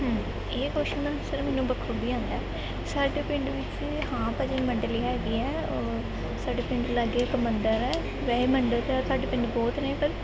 ਹਮ ਇਹ ਕੋਸ਼ਨ ਦਾ ਆਂਸਰ ਮੈਨੂੰ ਬਖੂਬੀ ਆਉਂਦਾ ਸਾਡੇ ਪਿੰਡ ਵਿੱਚ ਹਾਂ ਭਜਨ ਮੰਡਲੀ ਹੈਗੀ ਹੈ ਉਹ ਸਾਡੇ ਪਿੰਡ ਲਾਗੇ ਇੱਕ ਮੰਦਰ ਹੈ ਵੈਸੇ ਮੰਦਰ ਤਾਂ ਸਾਡੇ ਪਿੰਡ ਬਹੁਤ ਨੇ ਪਰ